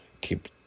Keep